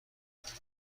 خدمات